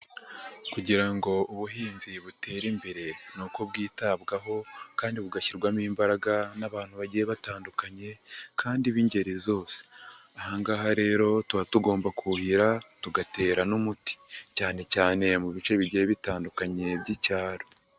Kugira ngo ubuhinzi butere imbere ni uko bwitabwaho kandi bugashyirwamo imbaraga n'abantu bagiye batandukanye kandi b'ingeri zose, aha ngaha rero tuba tugomba kuhira tugatera n'umuti cyane cyane mu bice bigiye bitandukanye by'icyaro.